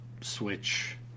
switch